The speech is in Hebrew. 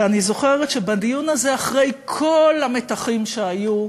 ואני זוכרת שבדיון הזה, אחרי כל המתחים שהיו,